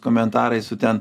komentarai su ten